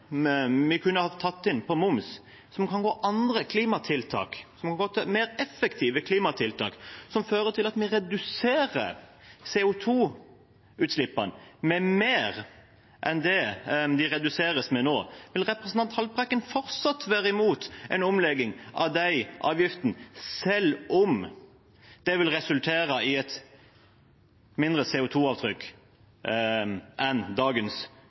vi nå kunne tatt inn på moms, på andre klimatiltak, mer effektive klimatiltak, som fører til at vi reduserer CO 2 -utslippene med mer enn det de reduseres med nå: Vil representanten Haltbrekken fortsatt være mot en omlegging av de avgiftene selv om det vil resultere i et mindre CO 2 -avtrykk enn dagens